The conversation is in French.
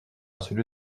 celui